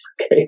okay